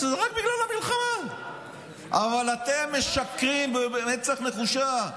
שזה רק בגלל המלחמה, אבל אתם משקרים במצח נחושה.